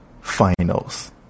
finals